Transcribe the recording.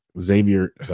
Xavier